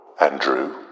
Andrew